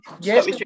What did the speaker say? yes